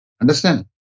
Understand